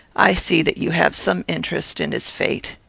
i see that you have some interest in his fate.